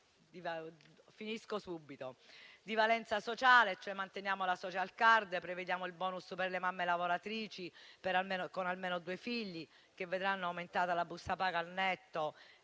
tante misure di valenza sociale: manteniamo la *social card*; prevediamo il *bonus* per le mamme lavoratrici con almeno due figli, che vedranno aumentare la busta paga al netto;